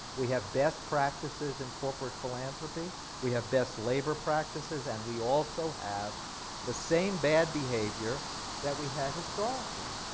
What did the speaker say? we have best practices in corporate philanthropy. we have best labor practices and we also have the same bad behavior that we had historically.